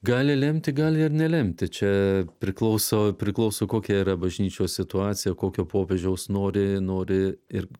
gali lemti gali ir nelemti čia priklauso priklauso kokia yra bažnyčios situacija kokio popiežiaus nori nori ir